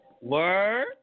Word